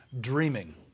dreaming